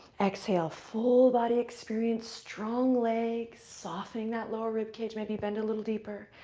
exhale. full body experience. strong legs, softening that lower ribcage. maybe bend a little deeper.